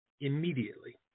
immediately